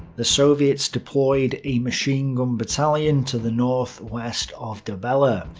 the soviets deployed a machine gun battalion to the northwest of dobele. ah